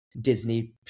Disney